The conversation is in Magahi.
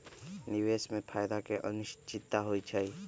निवेश में फायदा के अनिश्चितता होइ छइ